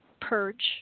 purge